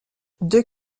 deux